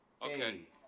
Okay